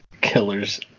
Killers